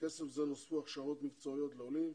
בכסף זה נוספו הכשרות מקצועיות לעולים,